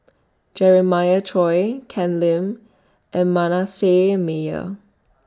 Jeremiah Choy Ken Lim and Manasseh Meyer